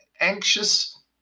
anxious